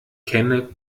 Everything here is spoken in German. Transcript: kenne